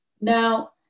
Now